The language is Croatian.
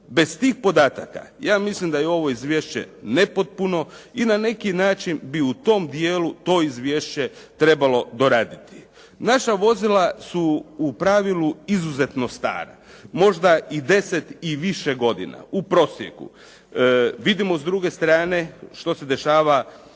Bez tih podataka, ja mislim da je ovo izvješće nepotpuno i na neki način bi u tom dijelu to izvješće trebalo doraditi. Naša vozila su u pravilu izuzetno stara. Možda i 10 i više godina u prosjeku. Vidimo s druge strane što se dešava